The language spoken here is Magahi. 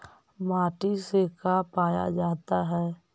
माटी से का पाया जाता है?